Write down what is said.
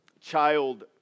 child